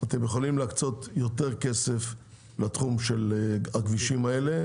אתם יכולים להקצות יותר כסף לתחום של הכבישים האלה,